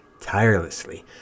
tirelessly